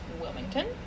Wilmington